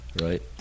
right